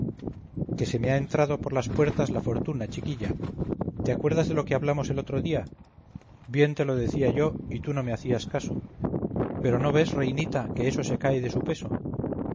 que se me ha entrado por las puertas la fortuna chiquilla te acuerdas de lo que hablamos el otro día bien te lo decía yo y tú no me hacías caso pero no ves reinita que eso se cae de su peso